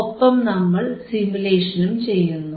ഒപ്പം നമ്മൾ സിമുലേഷനും ചെയ്യുന്നു